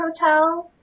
hotels